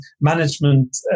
management